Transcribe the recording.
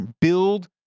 build